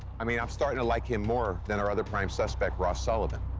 i mean, i'm starting to like him more than our other prime suspect, ross sullivan.